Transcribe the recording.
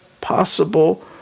possible